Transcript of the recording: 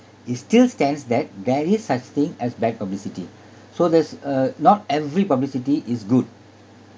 it still stands that there is such thing as bad publicity so there's uh not every publicity is good